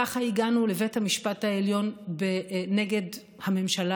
ככה הגענו לבית המשפט העליון נגד הממשלה